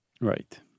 Right